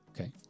Okay